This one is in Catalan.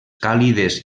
càlides